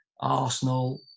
Arsenal